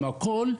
עם הכול,